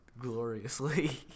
Gloriously